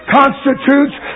constitutes